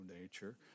nature